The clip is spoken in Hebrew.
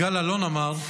יגאל אלון אמר: